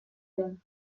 zen